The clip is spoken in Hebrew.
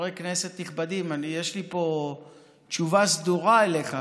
חברי כנסת נכבדים, יש לי פה תשובה סדורה אליך,